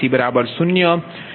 0